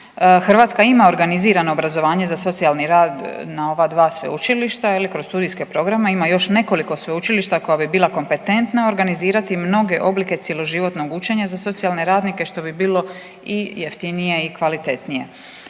Hrvatska ima organizirano obrazovanje za socijalni rad na ova dva sveučilišta kroz studijske programe ima još nekoliko sveučilišta koja bi bila kompetentna organizirati mnoge oblike cjeloživotnog učenja za socijalne radnike što bi bilo i jeftinije i kvalitetnije.